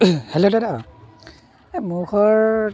hello দাদা এই মোৰ ঘৰত